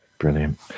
brilliant